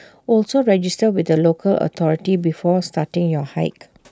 also register with the local authority before starting your hike